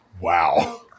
Wow